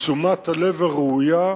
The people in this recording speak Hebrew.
בתשומת הלב הראויה,